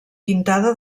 pintada